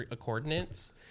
coordinates